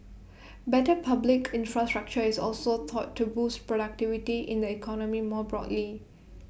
better public infrastructure is also thought to boost productivity in the economy more broadly